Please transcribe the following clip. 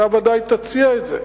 אתה ודאי תציע את זה,